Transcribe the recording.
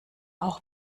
auch